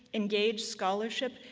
engaged scholarship,